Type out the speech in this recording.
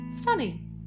funny